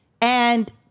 and-